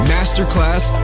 Masterclass